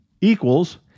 equals